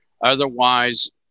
Otherwise